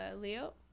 Leo